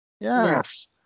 yes